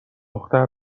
دختر